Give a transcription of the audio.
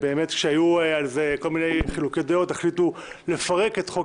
היו על זה כל מיני חילוקי דעות אז החליטו לפרק את חוק